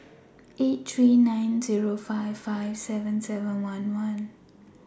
eight three nine Zero five five seven seven one one